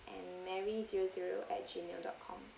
and mary zero zero at gmail dot com